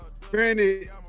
granted